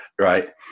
Right